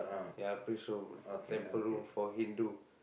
ya priest room temple room for Hindu